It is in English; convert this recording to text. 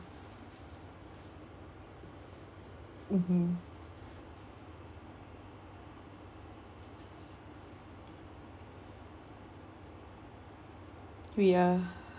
mmhmm we are